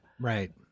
Right